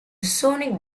sonic